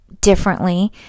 differently